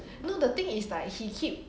no the thing is like he keep